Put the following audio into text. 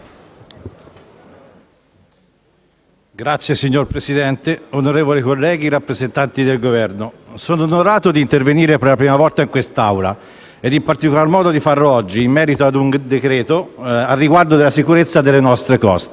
Signor Presidente, onorevoli colleghi, rappresentanti del Governo, sono onorato di intervenire per la prima volta in questa Aula ed in particolar modo di farlo oggi in merito ad un provvedimento riguardante la sicurezza delle nostre coste.